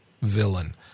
villain